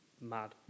mad